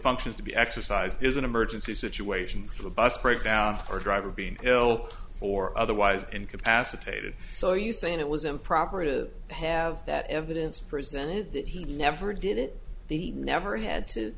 functions to be exercised is an emergency situation for the bus breakdown or driver being ill or otherwise incapacitated so you say it was improper to have that evidence presented that he never did it he never had to